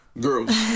girls